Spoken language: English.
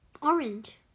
Orange